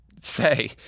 say